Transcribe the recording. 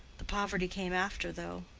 the poverty came after, though.